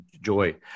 joy